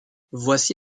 voici